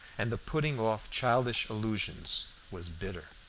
and the putting off childish illusions was bitter.